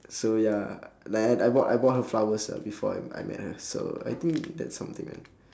so ya like I I bought I bought her flowers uh before I I met her so I think that's something ah